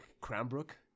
Cranbrook